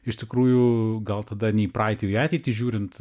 iš tikrųjų gal tada ne į praeitį o į ateitį žiūrint